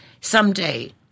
someday